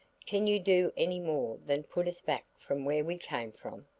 can you do anymore than put us back from where we came from?